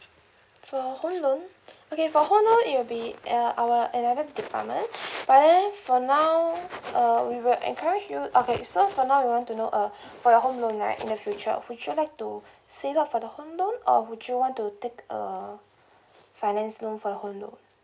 for home loan okay for home loan it'll be uh our another department but then for now err we will encourage you okay so for now I want to know uh for your home loan right in the future would you like to save up for the home loan or would you want to take a finance loan for the home loan